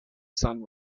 sun